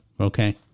Okay